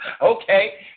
Okay